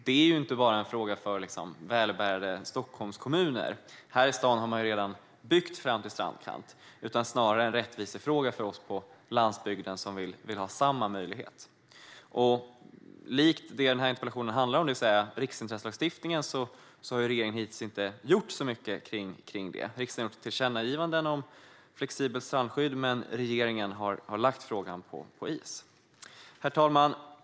Detta är inte bara en fråga för välbärgade Stockholmskommuner - här i stan har man ju redan byggt fram till strandkanten - utan snarare en rättvisefråga för oss på landsbygden som vill ha samma möjlighet. Precis som är fallet med det som denna interpellation handlar om, det vill säga riksintresselagstiftningen, har regeringen hittills inte gjort särskilt mycket på detta område. Riksdagen har lämnat tillkännagivanden om flexibelt strandskydd, men regeringen har lagt frågan på is. Herr talman!